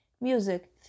music